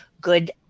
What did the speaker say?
good